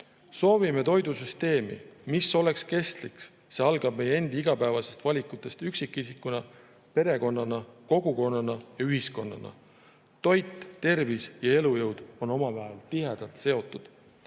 Soovime toidusüsteemi, mis oleks kestlik. See algab meie endi igapäevastest valikutest üksikisiku, perekonna, kogukonna ja ühiskonnana. Toit, tervis ja elujõud on omavahel tihedalt seotud.